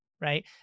right